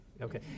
Okay